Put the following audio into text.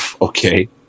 Okay